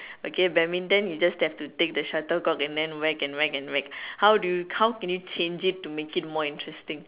okay badminton you just have to take the shuttlecock and then whack and whack and whack how do you how can you change it to make it more interesting